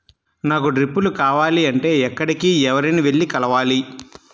నాకు డ్రిప్లు కావాలి అంటే ఎక్కడికి, ఎవరిని వెళ్లి కలవాలి?